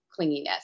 clinginess